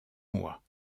mois